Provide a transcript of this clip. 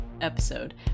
episode